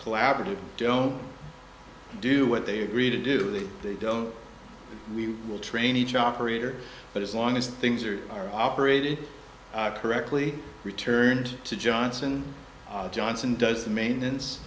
collaborative don't do what they agreed to do that they don't we will train each operator but as long as things are operated correctly returned to johnson and johnson does the maintenance